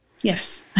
Yes